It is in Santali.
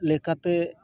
ᱞᱮᱠᱟᱛᱮ